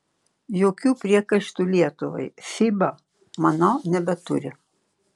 jokių priekaištų lietuvai fiba manau nebeturi